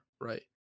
right